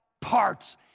parts